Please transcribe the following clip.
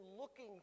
looking